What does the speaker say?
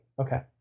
okay